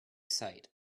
sight